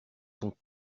sont